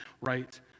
right